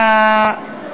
בראש